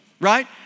right